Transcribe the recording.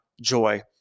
joy